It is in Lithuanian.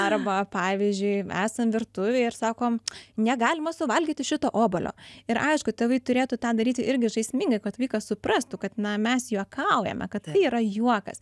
arba pavyzdžiui esam virtuvėj ir sakom negalima suvalgyti šito obuolio ir aišku tėvai turėtų tą daryti irgi žaismingai kad vaikas suprastų kad na mes juokaujame kad tai yra juokas